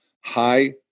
high